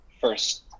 first